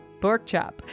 Porkchop